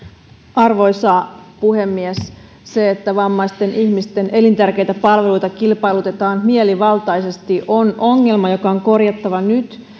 arvoisa puhemies se että vammaisten ihmisten elintärkeitä palveluita kilpailutetaan mielivaltaisesti on ongelma joka on korjattava nyt